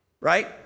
Right